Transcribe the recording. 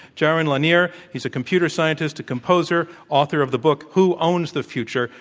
jaron lanier. he's a computer scientist, a composer, author of the book, who owns the future?